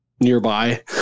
nearby